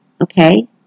okay